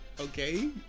Okay